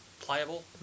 pliable